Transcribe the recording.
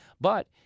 But-